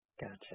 Gotcha